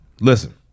listen